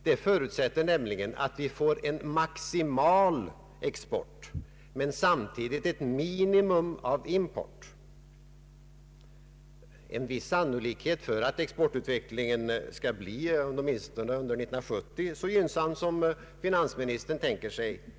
Den förutsätter nämligen att vi får maximal export men samtidigt ett minimum av import. En viss sannolikhet föreligger för att exportutvecklingen åtminstone under 1970 skall bli så gynnsam som finansministern tänker sig.